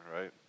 right